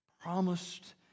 promised